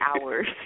hours